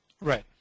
Right